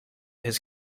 his